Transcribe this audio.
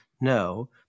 no